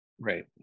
right